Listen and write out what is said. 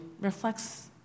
reflects